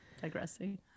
Digressing